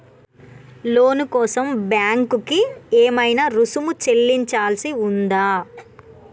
లోను కోసం బ్యాంక్ కి ఏమైనా రుసుము చెల్లించాల్సి ఉందా?